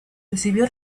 recibió